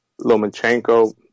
Lomachenko